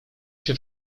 się